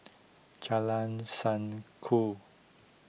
Jalan Sanku